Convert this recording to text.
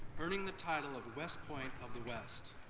earning the title of west point of the west.